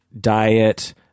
diet